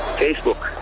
facebook.